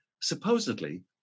supposedly